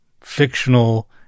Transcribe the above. fictional